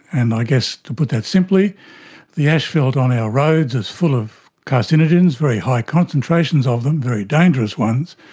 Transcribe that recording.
and i guess to put that simply the asphalt on our roads is full of carcinogens, very high concentrations of them, very dangerous ones,